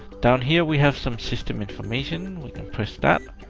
down here, we have some system information. we can press that,